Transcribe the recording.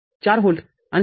४ volt आणि ०